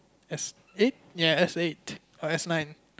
S eh ya S-eight or S-nine S